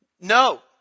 no